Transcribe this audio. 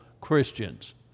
Christians